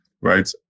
right